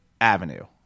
avenue